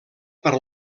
per